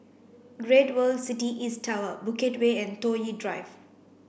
Great World City East Tower Bukit Way and Toh Yi Drive